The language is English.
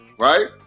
Right